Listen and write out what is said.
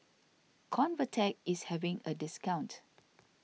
Convatec is having a discount